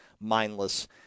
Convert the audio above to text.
mindless